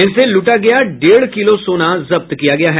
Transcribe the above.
उनसे लूटा गया डेढ़ किलो सोना जब्त किया है